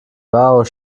wow